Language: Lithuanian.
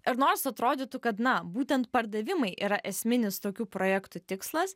ir nors atrodytų kad na būtent pardavimai yra esminis tokių projektų tikslas